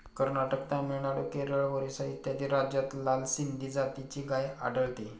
कर्नाटक, तामिळनाडू, केरळ, ओरिसा इत्यादी राज्यांत लाल सिंधी जातीची गाय आढळते